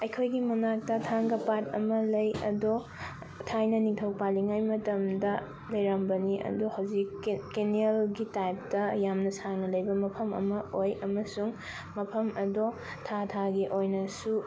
ꯑꯩꯈꯣꯏꯒꯤ ꯃꯅꯥꯛꯇ ꯊꯥꯡꯒ ꯄꯥꯠ ꯑꯃ ꯂꯩ ꯑꯗꯣ ꯊꯥꯏꯅ ꯅꯤꯡꯊꯧ ꯄꯥꯜꯂꯤꯉꯩꯏ ꯃꯇꯝꯗ ꯂꯩꯔꯝꯕꯅꯤ ꯑꯗꯣ ꯍꯧꯖꯤꯛ ꯀꯦꯅꯦꯜ ꯒꯤ ꯇꯥꯏꯞ ꯇ ꯌꯥꯝꯅ ꯁꯥꯡꯅ ꯂꯩꯕ ꯃꯐꯝ ꯑꯃ ꯑꯣꯏ ꯑꯃꯁꯨꯡ ꯃꯐꯝ ꯑꯗꯨ ꯊꯥ ꯊꯥꯒꯤ ꯑꯣꯏꯅꯁꯨ